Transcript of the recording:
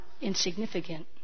insignificant